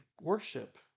worship